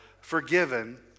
forgiven